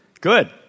Good